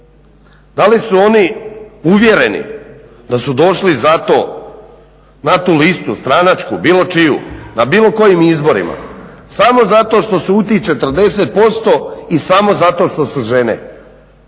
da li su oni uvjereni da su došli zato na tu listu stranačku bilo čiju na bilo kojim izborima samo zato što su u tih 40% i samo zato što su žene